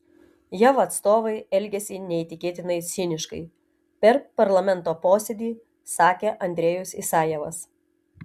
jav atstovai elgiasi neįtikėtinai ciniškai per parlamento posėdį sakė andrejus isajevas